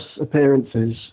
appearances